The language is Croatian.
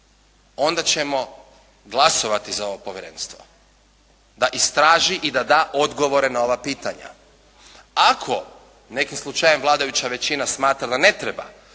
onda ćemo glasovati za ovo povjerenstvo da istraži i da da odgovore na ova pitanja. Ako nekim slučajem vladajuća većina smatra da ne treba